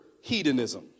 Hedonism